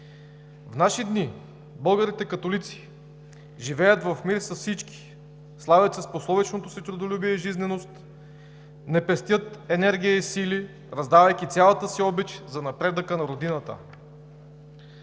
В наши дни българите католици живеят в мир с всички. Славят се с пословичното си трудолюбие и жизненост, не пестят енергия и сили, раздавайки цялата си обич за напредъка на родината.